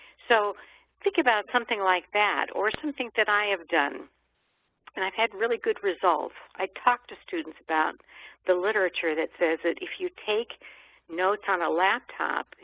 so think about something like that or something that i have done and i've had really good results. i talk to students about the literature that says that if you take notes on a laptop,